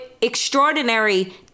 extraordinary